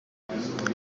umuyobozi